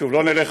/ שוב לא נלך,